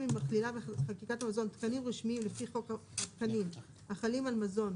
אחרי "תקנים רשמיים לפי חוק התקנים החלים על מזון,